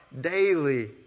daily